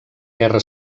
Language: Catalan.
guerra